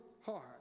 heart